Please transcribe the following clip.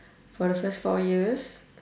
for the first four years